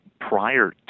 prior